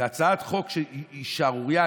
זו הצעת חוק שהיא שערורייה.